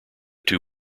two